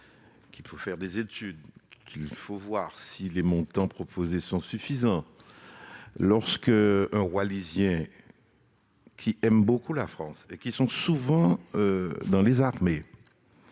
qu'il faut faire des études pour voir si les montants proposés sont suffisants. Lorsque des Wallisiens, qui aiment beaucoup la France et qui s'engagent souvent dans les armées,